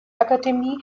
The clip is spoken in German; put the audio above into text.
akademie